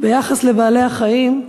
"ביחס לבעלי-החיים,